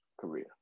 career